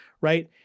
right